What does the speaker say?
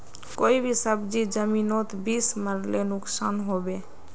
कोई भी सब्जी जमिनोत बीस मरले नुकसान होबे?